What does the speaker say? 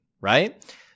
right